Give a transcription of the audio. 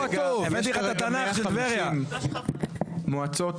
יש כרגע 150 מועצות,